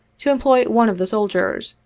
to employ one of the soldiers,